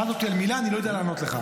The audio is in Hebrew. שאלת אותי על מילה, אני לא יודע לענות לך.